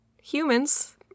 humans